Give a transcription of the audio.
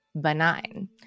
benign